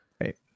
Right